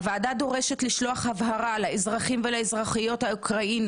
הוועדה דורשת לשלוח הבהרה לאזרחים ולאזרחיות אוקראינה